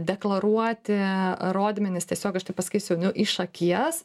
deklaruoti rodmenis tiesiog aš taip pasakysiu nu iš akies